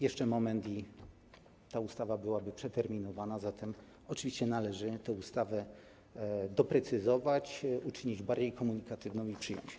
Jeszcze moment i ta ustawa byłaby przeterminowana, zatem oczywiście należy tę ustawę doprecyzować, uczynić bardziej komunikatywną i przyjąć.